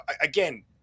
again